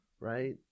right